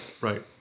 Right